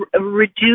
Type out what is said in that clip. reduce